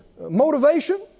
motivation